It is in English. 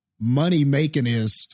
money-makingist